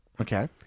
okay